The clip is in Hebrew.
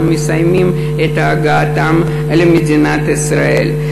אנחנו מסיימים את הגעתם למדינת ישראל.